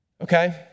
okay